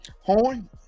Horn